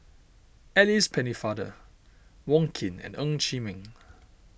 Alice Pennefather Wong Keen and Ng Chee Meng